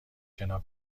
شنا